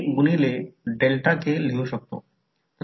आता mutual voltage M d i1dt पेक्षा आहे